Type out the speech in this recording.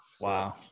Wow